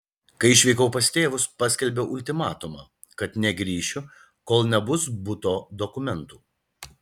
kai išvykau pas tėvus paskelbiau ultimatumą kad negrįšiu kol nebus buto dokumentų